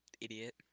idiot